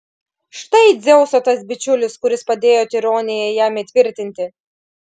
štai dzeuso tas bičiulis kuris padėjo tironiją jam įtvirtinti